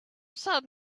said